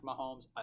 Mahomes